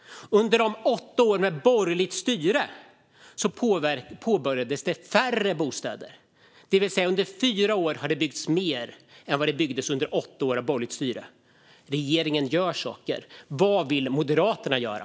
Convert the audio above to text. Under de åtta åren med borgerligt styre påbörjades färre bostäder. Under fyra år har det alltså byggts mer än det byggdes under åtta år av borgerligt styre. Regeringen gör saker. Vad vill Moderaterna göra?